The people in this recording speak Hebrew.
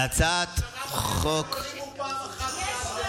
אותו נימוק פעם אחת, יש לנו